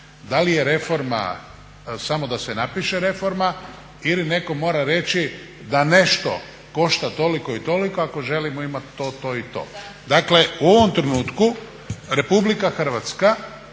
da li je reforma samo da se napiše reforma ili netko mora reći da nešto košta toliko i toliko ako želimo imati to, to i to. Dakle, u ovom trenutku RH u gruntovnici